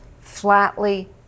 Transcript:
flatly